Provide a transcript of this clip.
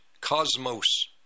cosmos